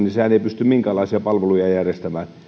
pysty minkäänlaisia palveluja järjestämään